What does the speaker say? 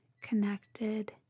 connected